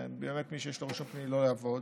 שמי שיש לו רישום פלילי לא יעבוד.